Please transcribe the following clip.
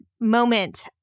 moment